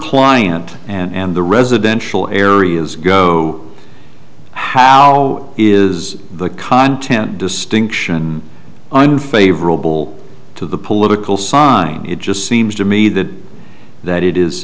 client and the residential areas go how is the content distinction unfavorable to the political sign it just seems to me that that it is